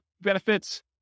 benefits